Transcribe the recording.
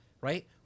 right